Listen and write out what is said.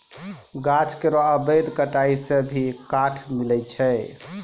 गाछ केरो अवैध कटाई सें भी काठ मिलय छै